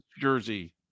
jersey